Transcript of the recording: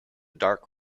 dark